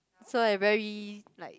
so I very like